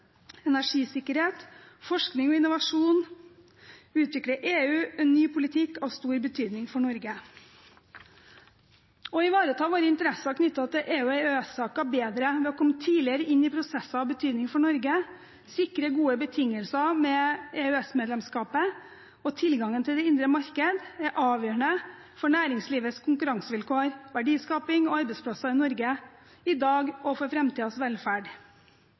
energisikkerhet, forskning og innovasjon utvikler EU en ny politikk av stor betydning for Norge. Å ivareta våre interesser knyttet til EU- og EØS-saker bedre ved å komme tidligere inn i prosesser av betydning for Norge sikrer gode betingelser med EØS-medlemskapet, og tilgangen til det indre marked er avgjørende for næringslivets konkurransevilkår, verdiskaping og arbeidsplasser i Norge, i dag og for framtidas velferd.